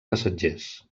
passatgers